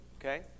okay